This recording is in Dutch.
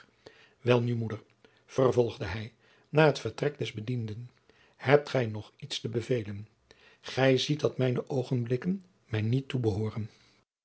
welnu moeder vervolgde hij na het vertrek des bedienden hebt gij nog iets te bevelen gij ziet dat mijne oogenblikken mij niet toebehooren